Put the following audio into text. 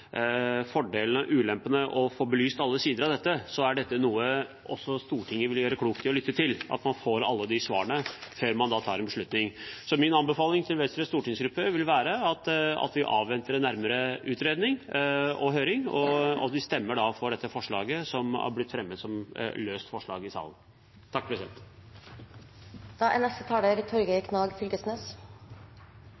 fordelene og ulempene på bordet og får belyst alle sider av dette, er det noe Stortinget vil gjøre klokt i å lytte til, slik at man får alle svarene før man tar en beslutning. Min anbefaling til Venstres stortingsgruppe vil være at vi avventer en nærmere utredning og høring, og at vi stemmer for dette forslaget som er blitt fremmet som et løst forslag i salen.